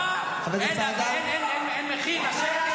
מה, אין מחיר לשקר?